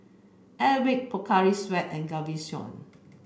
Airwick Pocari Sweat and Gaviscon